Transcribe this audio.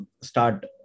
start